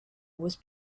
was